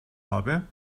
habe